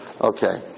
Okay